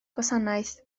gwasanaeth